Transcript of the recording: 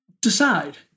decide